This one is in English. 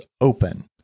open